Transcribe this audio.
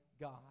God